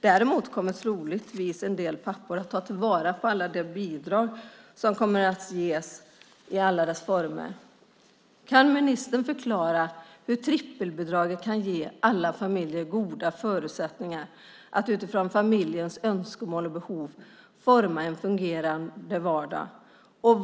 Däremot kommer troligtvis en del pappor att ta till vara alla de bidrag som kommer att ges i alla deras former. Kan ministern förklara hur trippelbidraget kan ge alla familjer goda förutsättningar att utifrån familjens önskemål och behov forma en fungerande vardag?